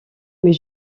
mais